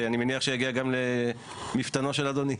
שאני מניח שיגיע גם למפתנו של אדוני.